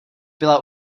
byla